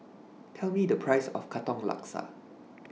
Tell Me The Price of Katong Laksa